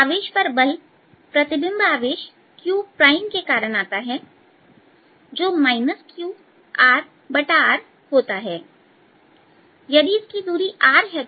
आवेश पर बल प्रतिबिंब आवेश q प्राइम के कारण आता है जो qRr होता है यदि इसकी दूरी r है